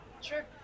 Sure